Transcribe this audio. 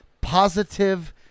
positive